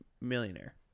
Millionaire